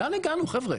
לאן הגענו חבר'ה?